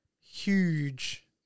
huge